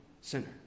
sinner